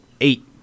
eight